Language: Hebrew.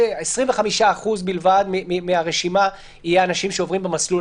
25% בלבד מהרשימה יהיו אנשים שעוברים במסלול